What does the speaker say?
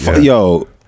yo